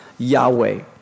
Yahweh